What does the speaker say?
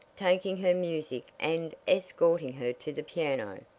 taking her music and escorting her to the piano.